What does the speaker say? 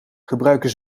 gebruiken